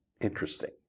Interesting